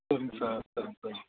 சரிங்க சார் சரிங்க சார்